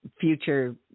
future